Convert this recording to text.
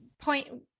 Point